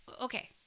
Okay